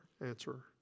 answer